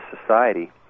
society